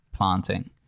planting